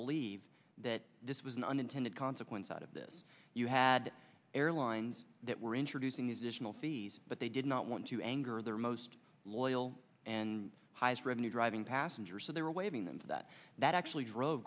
believe that this was an unintended consequence out of this you had airlines that were introducing ishmael fees but they did not want to anger their most loyal and highest revenue driving passenger so they were waving and that that actually drove